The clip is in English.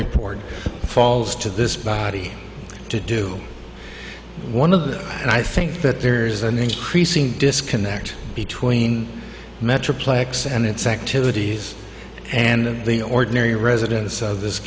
report falls to this body to do one of them and i think that there is an increasing disconnect between metroplex and its activities and the ordinary residents of this